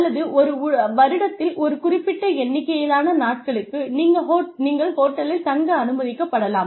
அல்லது ஒரு வருடத்தில் ஒரு குறிப்பிட்ட எண்ணிக்கையிலான நாட்களுக்கு நீங்கள் ஹோட்டலில் தங்க அனுமதிக்கப்படலாம்